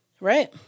Right